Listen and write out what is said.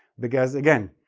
because, again,